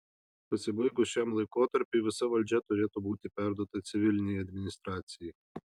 pasibaigus šiam laikotarpiui visa valdžia turėtų būti perduota civilinei administracijai